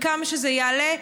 כמה שזה יעלה,